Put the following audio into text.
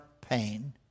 pain